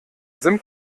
sim